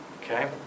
Okay